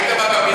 היית בקבינט?